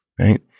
right